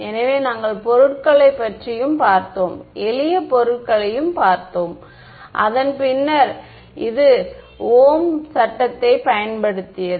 எனவே நாங்கள் பொருட்களைப் பார்த்தோம் எளிய பொருட்களைப் பார்த்தோம் அதன் பின்னர் இது ஓம் சட்டத்தைப் ohm's law பயன்படுத்தியது